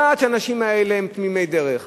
יודעת שהאנשים האלה הם תמימי דרך.